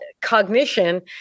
cognition